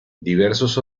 diversos